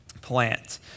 plant